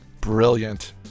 Brilliant